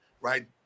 right